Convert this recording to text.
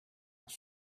off